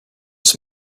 this